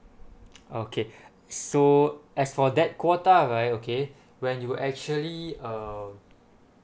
okay so as for that quota right okay when you actually uh